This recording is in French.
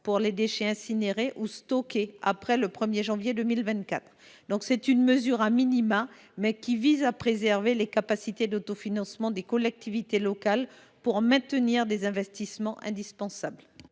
pour les déchets incinérés ou stockés après le 1 janvier 2024. Cette mesure minimale vise à préserver les capacités d’autofinancement des collectivités locales pour maintenir des investissements indispensables.